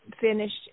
finished